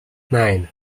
nine